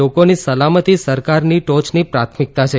લોકોની સલામતિ સરકારની ટોયની પ્રાથમિકતા છે